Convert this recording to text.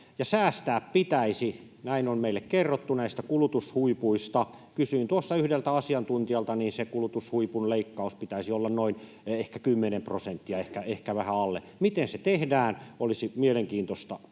säästää pitäisi, näin on meille kerrottu näistä kulutushuipuista. Kysyin tuossa yhdeltä asiantuntijalta, niin sen kulutushuipun leikkauksen pitäisi olla ehkä noin 10 prosenttia, ehkä vähän alle. Miten se tehdään? Olisi mielenkiintoista kuulla.